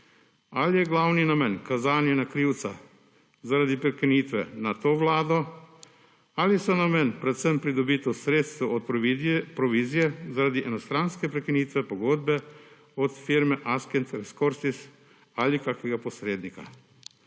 Ali je glavni namen kazanje na krivca zaradi prekinitve na to vlado ali so namen predvsem pridobitev sredstev od provizije zaradi enostranske prekinitve pogodbe od firme Ascent Resources ali kakšnega posrednika.